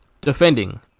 defending